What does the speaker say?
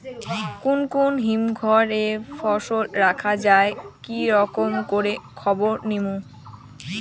কুন কুন হিমঘর এ ফসল রাখা যায় কি রকম করে খবর নিমু?